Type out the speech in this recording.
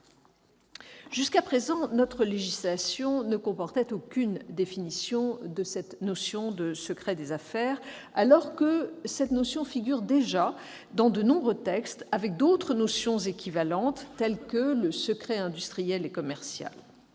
Jusqu'à présent, notre législation ne comportait aucune définition de cette notion de secret des affaires, alors que celle-ci figure déjà dans de nombreux textes avec d'autres notions équivalentes telles que le secret industriel et commercial.